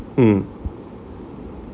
mm